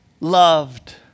loved